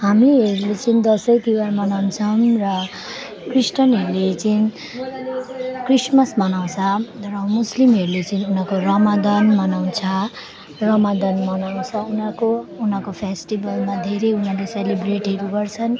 हामीहरूले चाहिँ दसैँ तिहार मनाउँछन् र क्रिस्चियनहरूले चाहिँ क्रिसमस मनाउँछ र मुस्लिमहरूले चाहिँ उनीहरूको रमजान मनाउँछ रमजान मनाउँछ उनीहरूको उनीहरूको फेस्टिबलमा धेरै उनीहरूले सेलिब्रेटहरू गर्छन्